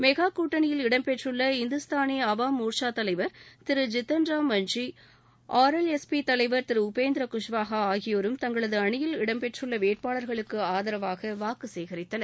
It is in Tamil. மெகா கூட்டணியில் இடம்பெற்றுள்ள இந்துஸ்தானி அவாம் மோர்ட்சா தலைவர் திரு ஜிதன் ராம் மஞ்சி ஆர்எல்எஸ்பி தலைவர் திரு உபேந்திர குஷ்வஹா ஆகியோரும் தங்களது அணியில் இடம்பெற்றுள்ள வேட்பாளர்களுக்கு ஆதரவாக வாக்கு சேகரித்தனர்